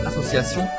association